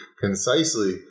concisely